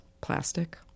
plastic